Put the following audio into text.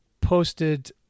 posted